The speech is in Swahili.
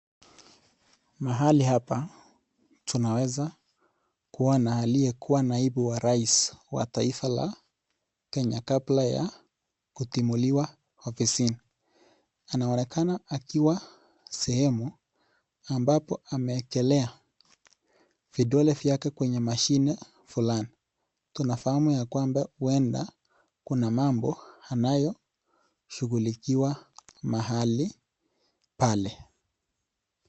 Mahali hapa tunaweza kuona aliyekuwa naibu wa rais wa taifa la Kenya kabla ya kutimuliwa ofisini, anaonekana akiwa sehemu ambapo amewekelea vidole vyake kwa mashini fulani, tunafahamu ya kwamba huenda kuna mambo anayoshugulikiwa mahali pale.